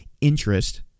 interest